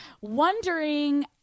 Wondering